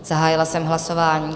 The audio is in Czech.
Zahájila jsem hlasování.